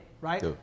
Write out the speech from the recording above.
right